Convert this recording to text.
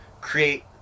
create